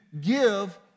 give